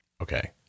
Okay